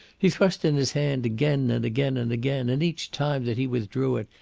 he thrust in his hand again and again and again, and each time that he withdrew it,